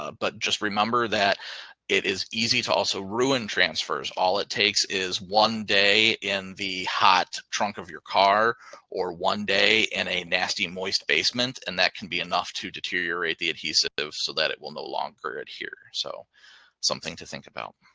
ah but just remember that it is easy to also ruin transfers. all it takes is one day in the hot trunk of your car or one day in a nasty moist basement. and that can be enough to deteriorate the adhesive so that it will no longer adhere. so something to think about.